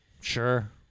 Sure